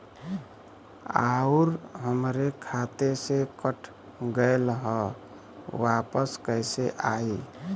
आऊर हमरे खाते से कट गैल ह वापस कैसे आई?